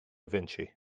vinci